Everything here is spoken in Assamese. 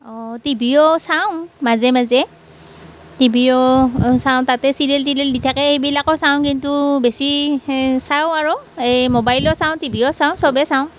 অঁ টিভিও চাওঁ মাজে মাজে টিভিও চাওঁ তাতে চিৰিয়েল টিৰিয়েল দি থাকে এইবিলাকো চাওঁ কিন্তু বেছি চাওঁ আৰু এই ম'বাইলো চাওঁ টিভিও চাওঁ চবেই চাওঁ